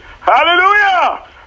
hallelujah